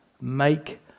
make